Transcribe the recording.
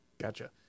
Gotcha